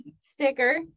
sticker